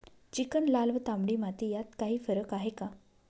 Chicken, लाल व तांबडी माती यात काही फरक आहे का?